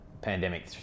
pandemic